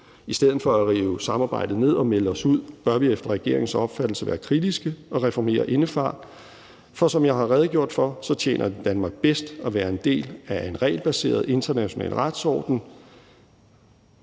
I stedet for at rive samarbejdet ned og melde os ud bør vi efter regeringens opfattelse være kritiske og reformere indefra, for som jeg har redegjort for, tjener det Danmark bedst at være en del af en regelbaseret international retsorden.